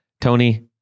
Tony